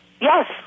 Yes